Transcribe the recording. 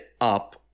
Up